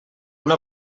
una